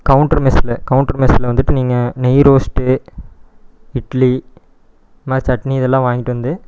counter மெஸில் கவுன்ட்ரு மெஸில் வந்துவிட்டு நீங்கள் நெய் ரோஸ்ட்டு இட்லி ம சட்னி இதெல்லாம் வாங்கிட்டு வந்து